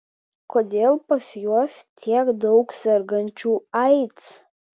kodėl pas juos tiek daug sergančių aids